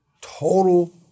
Total